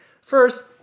First